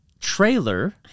trailer